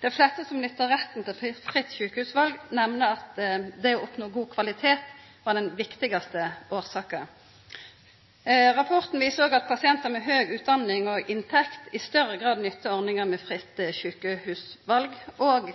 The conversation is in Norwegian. Dei fleste som nyttar retten til fritt sjukehusval, nemner at det å oppnå god kvalitet er den viktigaste årsaka. Rapporten viser òg at pasientar med høg utdanning og inntekt i større grad nyttar ordninga med fritt sjukehusval, og,